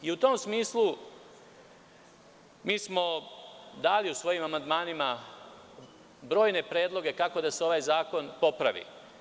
U tom smislu, mi smo dali u svojim amandmanima brojne predloge kako da se ovaj zakon popravi.